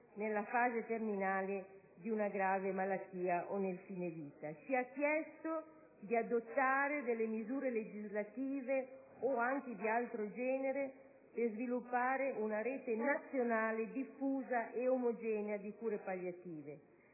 nella fase terminale di una grave malattia o nel fine vita. Ha chiesto di adottare delle misure legislative o anche di altro genere per sviluppare una rete nazionale diffusa e omogenea di cure palliative,